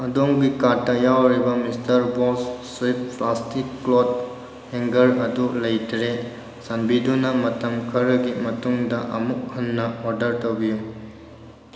ꯑꯗꯣꯝꯒꯤ ꯀꯥꯔꯠꯇ ꯌꯥꯎꯔꯤꯕ ꯃꯤꯁꯇꯔ ꯕꯣꯁ ꯁ꯭ꯋꯤꯐ ꯄ꯭ꯂꯥꯁꯇꯤꯛ ꯀ꯭ꯂꯣꯠ ꯍꯦꯡꯒꯔ ꯑꯗꯨ ꯂꯩꯇ꯭ꯔꯦ ꯆꯥꯟꯕꯤꯗꯨꯅ ꯃꯇꯝ ꯈꯔꯒꯤ ꯃꯇꯨꯡꯗ ꯑꯃꯨꯛ ꯍꯟꯅ ꯑꯣꯔꯗꯔ ꯇꯧꯕꯤꯌꯨ